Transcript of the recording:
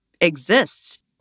exists